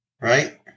Right